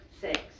Six